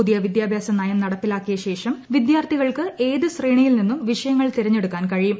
പുതിയ വിദ്യാഭ്യാസ നയം നടപ്പിലാക്കിയ ശേഷം വിദ്യാർത്ഥികൾക്ക് ഏത് ശ്രേണിയിൽ നിന്നും വിഷയങ്ങൾ തിരഞ്ഞെടുക്കാൻ കഴിയും